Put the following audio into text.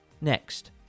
Next